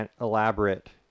elaborate